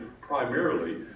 primarily